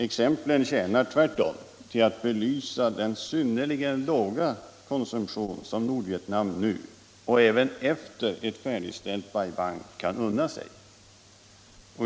Tvärtom tjänade exemplen till att belysa den synnerligen låga konsumtion som Nordvietnam nu, men även efter ett färdigställt Bai Bang, kan unna sig.